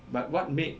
but what made